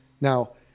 Now